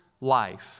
life